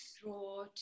draw